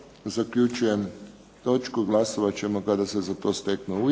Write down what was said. Zaključujem točku. Glasovat ćemo kada se za to steknu